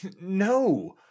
No